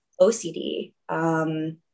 OCD